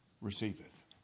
receiveth